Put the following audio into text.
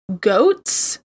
goats